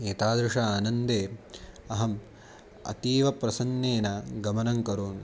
एतादृशे आनन्दे अहम् अतीवप्रसन्नेन गमनं करोमि